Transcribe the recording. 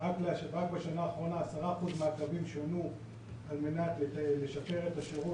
רק בשנה האחרונה 10% מהקווים שונו על מנת לשפר את השירות,